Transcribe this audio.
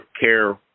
care